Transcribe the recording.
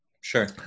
Sure